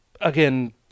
again